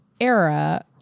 era